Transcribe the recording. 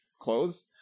clothes